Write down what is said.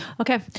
Okay